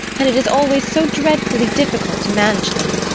and it is always so dreadfully difficult to manage them.